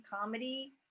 comedy